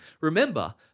Remember